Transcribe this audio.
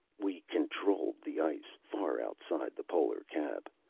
we controlled the ice, far outside the polar cap.